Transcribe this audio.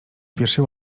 pierwszej